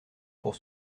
pour